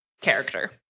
character